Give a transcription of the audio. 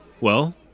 Well